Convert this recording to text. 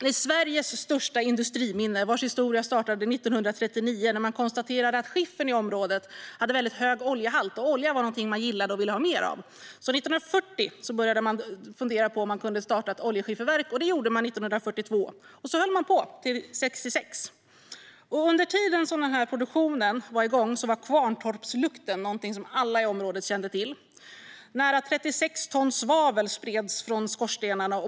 Det är Sveriges största industriminne, vars historia startade 1939, när man konstaterade att skiffern i området hade hög oljehalt. Olja var någonting man gillade och ville ha mer av. År 1940 började man därför fundera på om man kunde starta ett oljeskifferverk, vilket man sedan gjorde 1942. Sedan höll man på till 1966. Under tiden produktionen var igång var "Kvarntorpslukten" någonting som alla i området kände till. Nära 36 000 ton svavel spreds från skorstenarna.